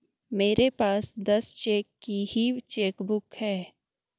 मेरे पास दस चेक की ही चेकबुक है